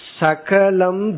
sakalam